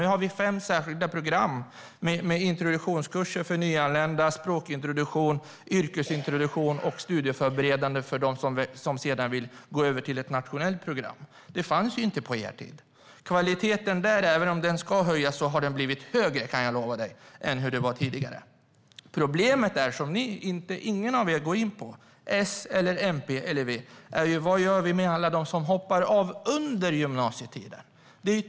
Nu finns fem särskilda program med introduktionskurser för nyanlända, språkintroduktion, yrkesintroduktion och studieförberedande program för dem som senare vill gå över till ett nationellt program. Det fanns inte på er tid. Även om kvaliteten ska höjas har den blivit högre än tidigare. Problemet, som ingen av er går in på, S, MP eller V, är vad som ska göras med alla som hoppar av under gymnasietiden.